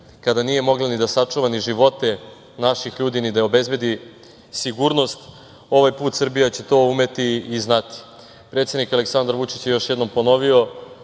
kada nije mogla ni da sačuva ni živote naših ljudi, ni da obezbedi sigurnost, ovaj put Srbija će to umeti i znati. Predsednik, Aleksandar Vučić je još jednom ponovio